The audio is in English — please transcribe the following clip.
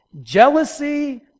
jealousy